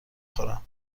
خورم